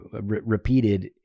repeated